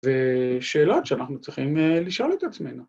‫זה שאלות שאנחנו צריכים ‫לשאול את עצמנו.